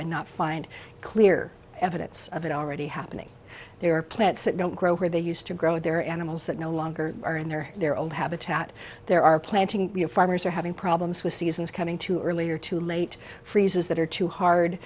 and not find clear evidence of it already happening there are plants that don't grow where they used to grow their animals that no longer are in or their own habitat there are planting farmers are having problems with seasons coming too early or too late freezes that are too hard